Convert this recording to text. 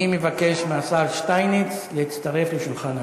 אני מבקש מהשר שטייניץ להצטרף לשולחן הממשלה.